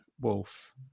Wolf